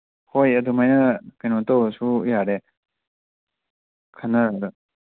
ꯍꯣꯏ ꯑꯗꯨꯃꯥꯏꯅ ꯀꯩꯅꯣ ꯇꯧꯔꯁꯨ ꯌꯥꯔꯦ ꯈꯟꯅꯔꯒ